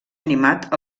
animat